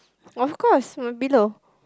of course my pillow